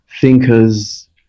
thinkers